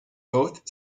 both